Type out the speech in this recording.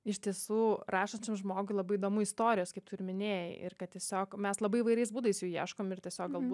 iš tiesų rašančiam žmogui labai įdomu istorijos kaip tu ir minėjai ir kad tiesiog mes labai įvairiais būdais jų ieškom ir tiesiog galbūt